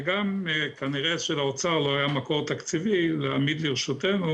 וגם כנראה שלאוצר לא היה מקור תקציבי להעמיד לרשותנו,